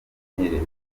umenyerewe